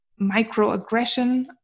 microaggression